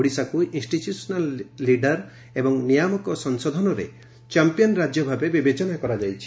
ଓଡ଼ିଶାକୁ institutional leader ଏବଂ ନିୟାମକ ସଂଶୋଧନରେ ଚମ୍ମିୟାନ୍ ରାକ୍ୟ ଭାବେ ବିବେଚନା କରାଯାଇଛି